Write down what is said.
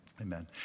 Amen